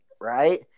Right